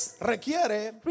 requiere